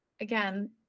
Again